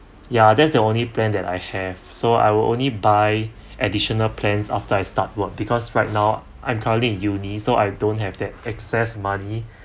ya that's the only plan that I have so I will only buy additional plans after I start work because right now I'm currently in uni so I don't have that excess money